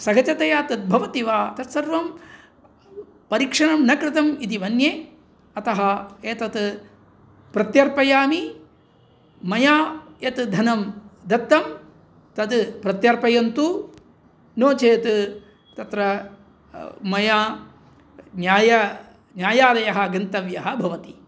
सहजतया तद्भवतिवा तत्सर्वं परीक्षणं न कृतम् इति मन्ये अतः एतत् प्रत्यर्पयामि मया यत् धनं दत्तं तद् प्रत्यर्पयन्तु नो चेत् तत्र मया न्याय न्यायालयः गन्तव्यः भवति